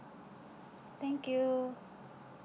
thank you